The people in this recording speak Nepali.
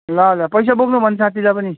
ल ल पैसा बोक्नु भन् साथीलाई पनि